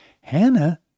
Hannah